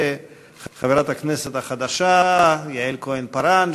וחברת הכנסת החדשה יעל כהן-פארן,